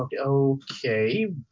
okay